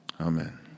Amen